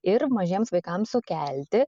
ir mažiems vaikams sukelti